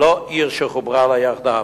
ולא עיר שחוברה לה יחדיו,